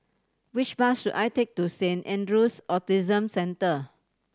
which bus should I take to Saint Andrew's Autism Centre